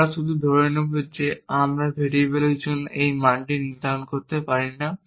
আমরা শুধু ধরে নেব যে আমরা এই ভেরিয়েবলের জন্য এই মানটি নির্ধারণ করতে পারি না